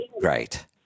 Right